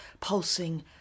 pulsing